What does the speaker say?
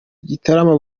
gitarama